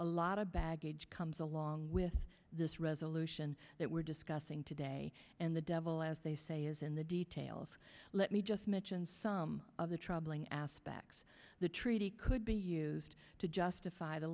a lot of baggage comes along with this resolution that we're discussing today and the devil as they say is in the details let me just mention some of the troubling aspects of the treaty could be used to justify the